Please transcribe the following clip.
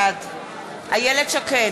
בעד איילת שקד,